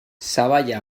sabaia